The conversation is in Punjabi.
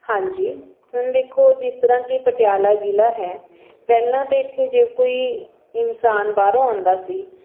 ਹਾਂਜੀ ਹੁਣ ਦੇਖੋ ਜਿਸ ਤਰ੍ਹਾਂ ਕਿ ਪਟਿਆਲਾ ਜ਼ਿਲ੍ਹਾ ਹੈ ਪਹਿਲਾਂ ਤਾਂ ਇੱਥੇ ਜੇ ਕੋਈ ਇਨਸਾਨ ਬਾਹਰੋਂ ਆਉਂਦਾ ਸੀ